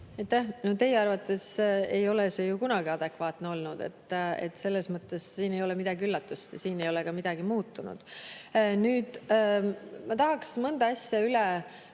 Teie arvates ei ole see ju kunagi adekvaatne olnud. Selles mõttes siin ei ole mingit üllatust. Ja siin ei ole ka midagi muutunud. Nüüd ma tahan mõne asja üle